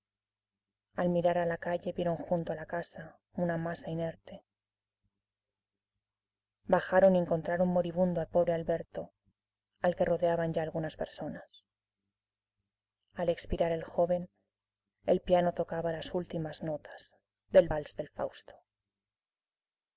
al mirar a la calle vieron junto a la casa una masa inerte bajaron y encontraron moribundo al pobre alberto al que rodeaban ya algunas personas al expirar el joven el piano tocaba las últimas notas del vals del fausto